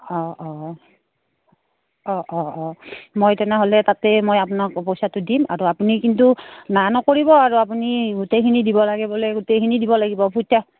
অঁ অঁ অঁ অঁ অঁ মই তেনেহ'লে তাতে মই আপোনাক পইচাটো দিম আৰু আপুনি কিন্তু না নকৰিব আৰু আপুনি গোটেইখিনি দিব